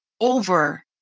over